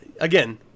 again